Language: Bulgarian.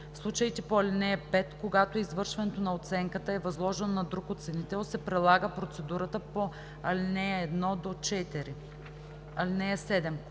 В случаите по ал. 5, когато извършването на оценката е възложено на друг оценител, се прилага процедурата по ал. 1 – 4. (7)